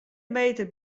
meter